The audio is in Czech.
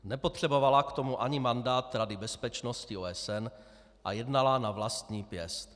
Nepotřebovala k tomu ani mandát Rady bezpečnosti OSN a jednala na vlastní pěst.